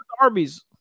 Arby's